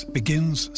begins